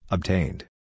Obtained